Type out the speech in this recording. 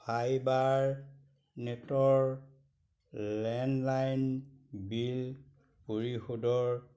fibre নেটৰ landline bill পৰিশোধৰ